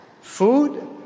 food